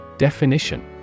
Definition